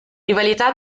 rivalità